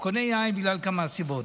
הוא קונה יין בגלל כמה סיבות,